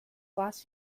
last